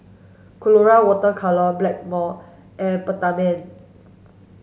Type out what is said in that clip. colora water colour Blackmore and Peptamen